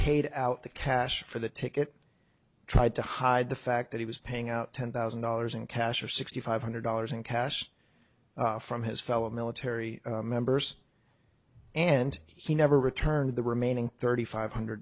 paid out the cash for the ticket tried to hide the fact that he was paying out ten thousand dollars in cash or sixty five hundred dollars in cash from his fellow military members and he never returned the remaining thirty five hundred